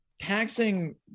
taxing